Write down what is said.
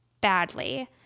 Badly